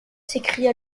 s’écria